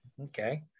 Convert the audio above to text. Okay